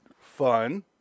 Fun